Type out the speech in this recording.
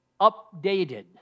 updated